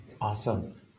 awesome